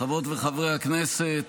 חברות וחברי הכנסת,